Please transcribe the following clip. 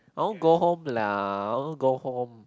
I want go home lah I want go home